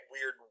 weird